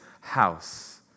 house